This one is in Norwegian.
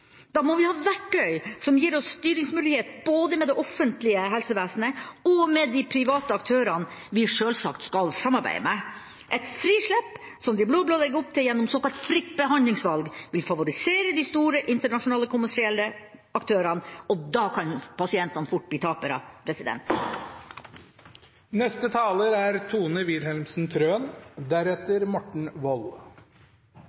Da må vi ha verktøy som gir oss styringsmulighet både med det offentlige helsevesenet og med de private aktørene vi selvsagt skal samarbeide med. Et frislepp som de blå-blå legger opp til gjennom såkalt fritt behandlingsvalg, vil favorisere de store internasjonale, kommersielle aktørene, og da kan pasientene fort bli tapere. Den moderne medisins historie er